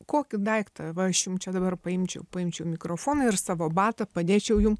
kokį daiktą va aš jum čia dabar paimčiau paimčiau mikrofoną ir savo batą padėčiau jum